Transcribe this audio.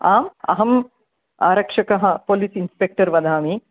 आम् अहम् आरक्षकः पोलिस् इन्स्पेक्टर् वदामि